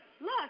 Look